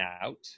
out